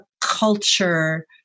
culture